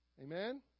Amen